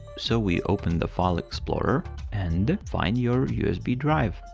so we open the file explorer and find your usb drive.